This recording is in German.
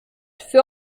für